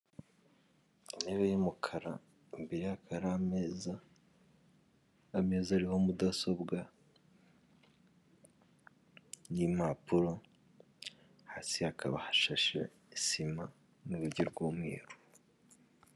Intebe y'umukara, imbere ye hakaba hari ameza, ameza ariho mudasobwa n'impapuro, hasi hakaba hashashe sima n'urugi rw'umweru.